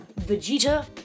vegeta